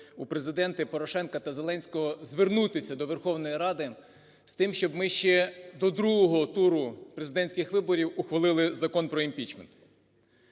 у Президенти Порошенка і Зеленського звернутися до Верховної Ради з тим, щоб ми ще до другого туру президентських виборів ухвалили Закон про імпічмент.